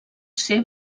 ser